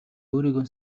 өөрийгөө